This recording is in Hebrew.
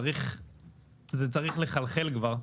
וזה צריך לחלחל כבר,